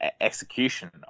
execution